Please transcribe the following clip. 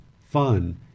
fun